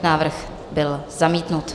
Návrh byl zamítnut.